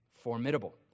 formidable